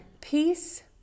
peace